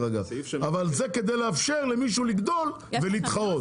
אבל זה כדי לאפשר למישהו לגדול ולהתחרות.